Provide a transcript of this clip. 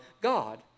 God